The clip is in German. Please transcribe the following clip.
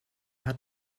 hat